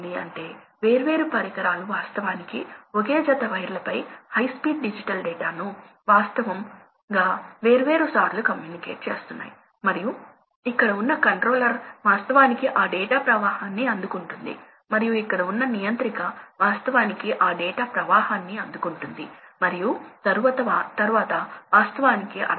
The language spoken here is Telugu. అదేవిధంగా ఇది 40 నుండి 45 మధ్య ఉంటుంది కాబట్టి ఇది మీకు 11 పాయింట్ల విషయం తెలుసు ఈ సమయం 1 2 3 4 5 కాబట్టి 50 కంటే ఎక్కువ సమయం ఇది ఈ ప్రవాహ పరిధిలో ఉంటుంది మరియు అదేవిధంగా ఇది 1 సమయం కోసం 25 నుండి 30 మరియు దాదాపు 4 సమయం కోసం 30 నుండి 35 వరకు ఉంటుంది